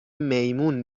میمون